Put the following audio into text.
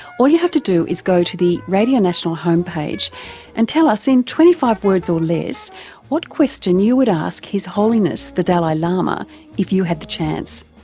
you have to do is go to the radio national home page and tell us in twenty five words or less what question you would ask his holiness the dalai lama if you had the chance.